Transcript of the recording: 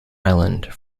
island